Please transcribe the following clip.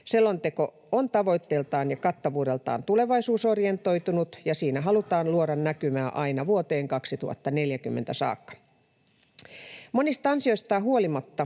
Selonteko on tavoitteeltaan ja kattavuudeltaan tulevaisuusorientoitunut, ja siinä halutaan luoda näkymää aina vuoteen 2040 saakka. Monista ansioistaan huolimatta